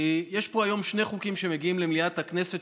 יש פה היום שני חוקים שמגיעים למליאת הכנסת